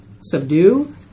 Subdue